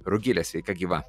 rugile sveika gyva